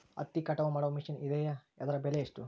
ಹತ್ತಿ ಕಟಾವು ಮಾಡುವ ಮಿಷನ್ ಇದೆಯೇ ಅದರ ಬೆಲೆ ಎಷ್ಟು?